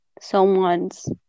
someone's